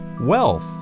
wealth